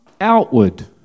outward